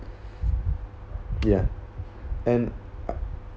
ya and